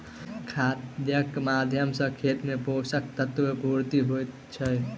खादक माध्यम सॅ खेत मे पोषक तत्वक पूर्ति होइत छै